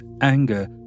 anger